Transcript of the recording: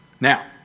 Now